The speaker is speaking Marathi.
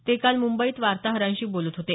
ते काल मुंबईत वार्ताहरांशी बोलत होते